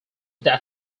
that